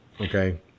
Okay